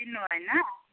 चिन्नु भएन